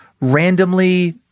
randomly